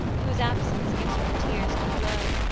whose absence gives your tears to flow,